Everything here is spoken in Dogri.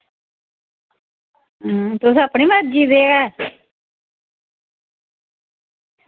तुस अपनी मर्जी दे गै